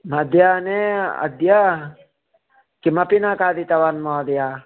मध्याह्णे अद्य किमपि न खादितवान् महोदय